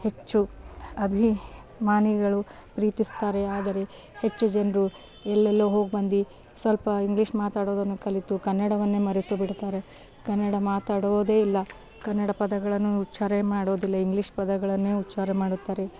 ಹೆಚ್ಚು ಅಭಿಮಾನಿಗಳು ಪ್ರೀತಿಸ್ತಾರೆ ಆದರೆ ಹೆಚ್ಚು ಜನರು ಎಲ್ಲೆಲ್ಲೋ ಹೋಗ್ಬಂದಿ ಸ್ವಲ್ಪ ಇಂಗ್ಲೀಷ್ ಮಾತಾಡುವುದನ್ನು ಕಲಿತು ಕನ್ನಡವನ್ನೇ ಮರೆತು ಬಿಡ್ತಾರೆ ಕನ್ನಡ ಮಾತಾಡೋದೆ ಇಲ್ಲ ಕನ್ನಡ ಪದಗಳನ್ನು ಉಚ್ಛಾರ ಮಾಡೋದಿಲ್ಲ ಇಂಗ್ಲೀಷ್ ಪದಗಳನ್ನೇ ಉಚ್ಛಾರ ಮಾಡುತ್ತಾರೆ